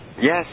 Yes